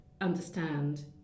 understand